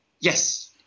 Yes